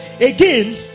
again